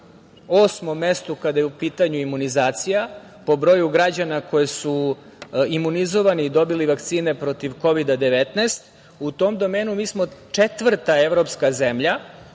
osmom mestu kada je u pitanju imunizacija po broju građana koji su imunizovani o dobili vakcine protiv Kovida 19.U tom domenu mi smo četvrta evropska zemlja